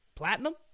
Platinum